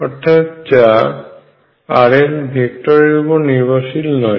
অর্থাৎ যা r এর ভেক্টর এর উপর নির্ভশীল নয়